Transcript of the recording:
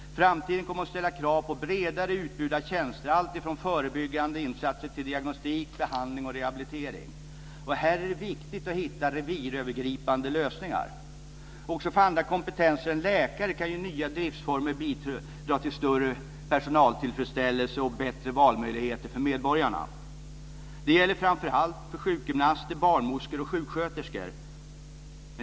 Framtiden kommer att ställa krav på bredare utbud av tjänster, alltifrån förebyggande insatser till diagnostik, behandling och rehabilitering. Här är det viktigt att hitta revirövergripande lösningar. Också för andra kompetenser än läkarnas kan nya driftformer bidra till större personaltillfredsställelse och bättre valmöjligheter för medborgarna. Det gäller framför allt för sjukgymnaster, barnmorskor och sjuksköterskor.